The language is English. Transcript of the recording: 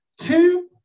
two